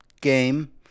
game